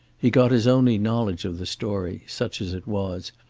he got his only knowledge of the story, such as it was,